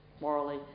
morally